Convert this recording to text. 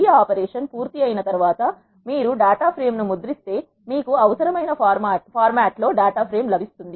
ఈ ఆపరేషన్ పూర్తియైన తర్వాత మీరు డేటా ఫ్రేమ్ ను ముద్రిస్తే మీకు అవసరమైన ఫార్మాట్ లో డేటా ఫ్రేమ్ లభిస్తుంది